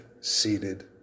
seated